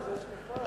יש מכרז.